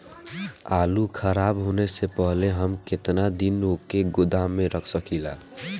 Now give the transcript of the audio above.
आलूखराब होने से पहले हम केतना दिन वोके गोदाम में रख सकिला?